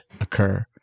occur